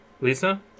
Lisa